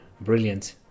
brilliant